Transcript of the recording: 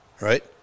right